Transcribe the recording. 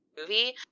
movie